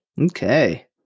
Okay